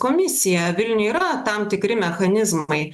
komisija vilniuj yra tam tikri mechanizmai